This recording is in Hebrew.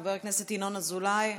חבר הכנסת ינון אזולאי,